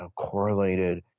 correlated